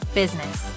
business